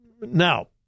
Now